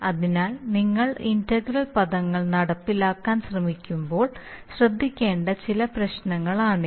അതിനാൽ നിങ്ങൾ ഇന്റഗ്രൽ പദങ്ങൾ നടപ്പിലാക്കാൻ ശ്രമിക്കുമ്പോൾ ശ്രദ്ധിക്കേണ്ട ചില പ്രശ്നങ്ങളാണിവ